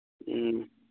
ꯎꯝ